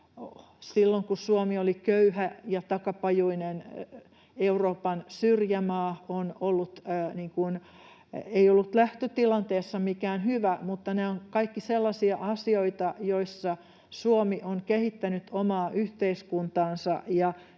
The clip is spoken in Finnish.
silloin kun Suomi oli köyhä ja takapajuinen Euroopan syrjämaa, ollut lähtötilanteessa hyvä, mutta nämä ovat kaikki sellaisia asioita, joissa Suomi on kehittänyt omaa yhteiskuntaansa.